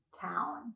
town